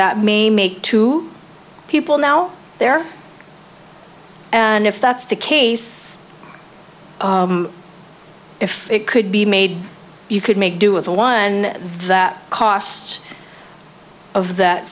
that may make two people now there and if that's the case if it could be made you could make do with the one that costs of that